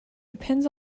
depends